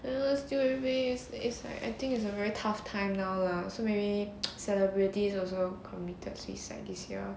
it will still raised it's like I think it's a very tough time now lah so many celebrities also committed suicide this year